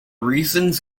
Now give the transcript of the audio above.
reasons